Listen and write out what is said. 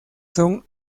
son